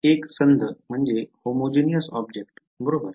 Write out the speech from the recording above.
एकसंध ऑब्जेक्ट बरोबर